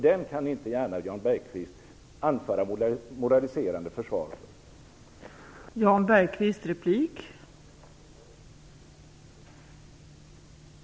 Den kan inte gärna Jan Bergqvist anföra moraliserande försvar för.